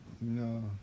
No